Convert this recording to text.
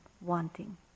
wanting